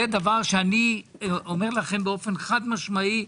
זה דבר שאני אומר לכם באופן חד משמעי.